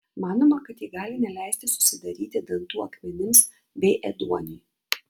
manoma kad ji gali neleisti susidaryti dantų akmenims bei ėduoniui